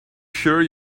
sure